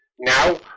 Now